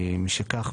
משכך,